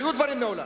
והיו דברים מעולם,